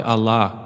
Allah